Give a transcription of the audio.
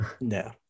No